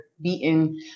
beaten